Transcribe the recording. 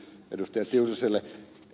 tiusaselle